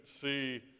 see